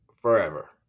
forever